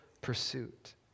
pursuit